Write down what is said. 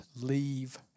leave